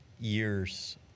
years